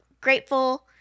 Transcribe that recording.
grateful